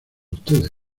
ustedes